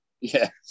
yes